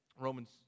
Romans